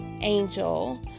Angel